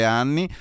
anni